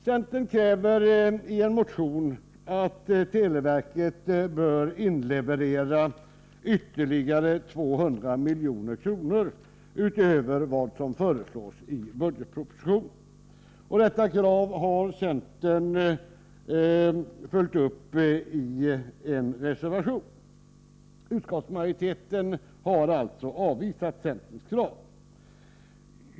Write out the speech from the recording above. Centern kräver i en motion att televerket skall inleverera ytterligare 200 milj.kr. utöver vad som föreslås i budgetpropositionen. Detta krav har centern följt upp i en reservation. Utskottsmajoriteten har alltså avvisat centerns krav.